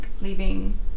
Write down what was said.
leaving